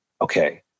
okay